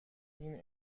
این